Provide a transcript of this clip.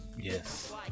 Yes